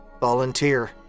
Volunteer